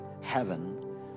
heaven